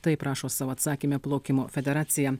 taip rašo savo atsakyme plaukimo federacija